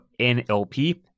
NLP